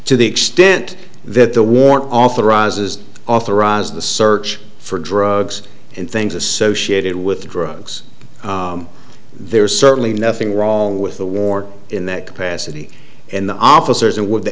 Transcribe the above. to the extent that the war authorizes authorized the search for drugs and things associated with drugs there is certainly nothing wrong with the war in that capacity and the officers and with the